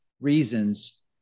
reasons